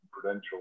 Prudential